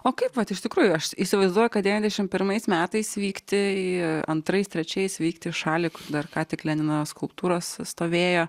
o kaip vat iš tikrųjų aš įsivaizduoju kad devyniasdešim pirmais metais vykti antrais trečiais vykti į šalį dar ką tik lenino skulptūros stovėjo